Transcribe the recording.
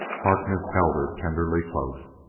harkness held her tenderly close.